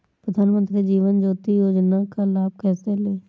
प्रधानमंत्री जीवन ज्योति योजना का लाभ कैसे लें?